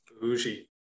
Bougie